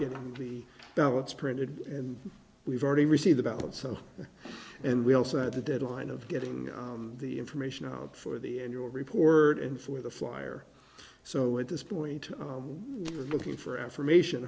on the ballots printed and we've already received about some and we also had a deadline of getting the information out for the annual report and for the flyer so at this point we're looking for affirmation